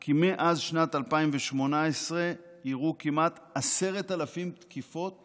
כי מאז שנת 2018 אירעו כמעט 10,000 תקיפות